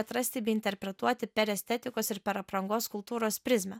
atrasti bei interpretuoti per estetikos ir per aprangos kultūros prizmę